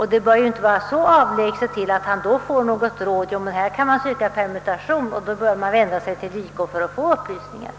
Han kanske då får ett råd att söka permutation och bör då vända sig till JK för att få upplysningar.